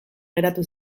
geratu